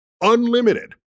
unlimited